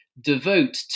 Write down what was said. devote